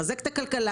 לחזק את הכלכלה,